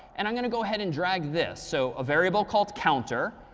and i'm going to go ahead and drag this. so a variable called counter,